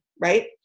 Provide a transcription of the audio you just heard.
right